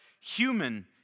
human